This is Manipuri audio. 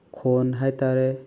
ꯈꯣꯟ ꯍꯥꯏꯇꯥꯔꯦ